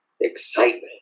Excitement